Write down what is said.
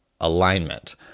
alignment